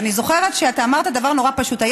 אני זוכרת שאמרת דבר נורא פשוט.